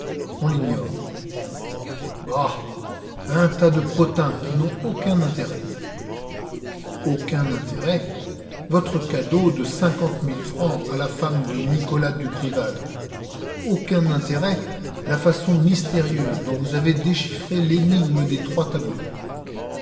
on l'ignore bah un tas de potins qui n'ont aucun intérêt aucun intérêt votre cadeau de cinquante mille francs à la femme de nicolas dugrival aucun intérêt la façon mystérieuse dont vous avez déchiffré l'énigme des trois tableaux